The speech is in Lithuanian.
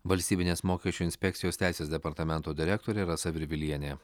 valstybinės mokesčių inspekcijos teisės departamento direktorė rasa virvilienė